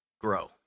grow